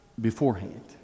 beforehand